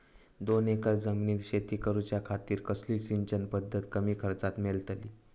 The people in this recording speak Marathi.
दोन एकर जमिनीत शेती करूच्या खातीर कसली सिंचन पध्दत कमी खर्चात मेलतली?